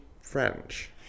French